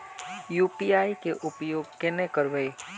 UPI के उपयोग केना करबे?